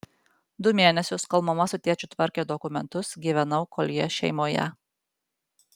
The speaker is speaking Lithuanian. du mėnesius kol mama su tėčiu tvarkė dokumentus gyvenau koljė šeimoje